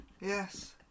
yes